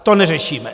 To neřešíme!